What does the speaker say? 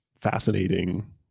fascinating